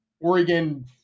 Oregon